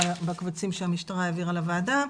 בקבצים שהמשטרה העבירה לוועדה.